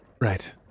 Right